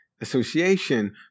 association